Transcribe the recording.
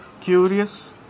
curious